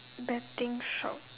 betting shop